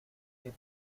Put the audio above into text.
que